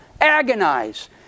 Agonize